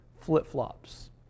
flip-flops